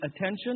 attention